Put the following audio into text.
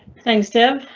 thanks, tim.